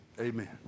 Amen